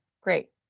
great